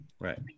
Right